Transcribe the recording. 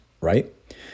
right